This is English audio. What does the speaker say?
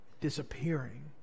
disappearing